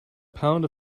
pound